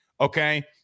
okay